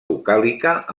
vocàlica